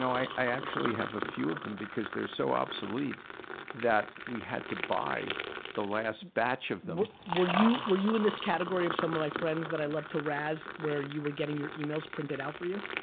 i actually have a few of them because they're so obsolete that we had to buy the last batch of them. were you were you in this category of some of my friends that i love to razz where you were getting your emails printed out for you?